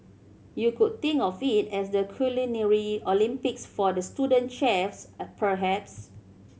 you could think of it as the Culinary Olympics for the student chefs at perhaps